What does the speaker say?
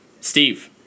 Steve